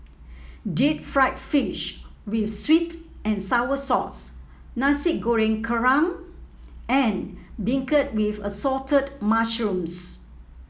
Deep Fried Fish with sweet and sour sauce Nasi Goreng Kerang and beancurd with Assorted Mushrooms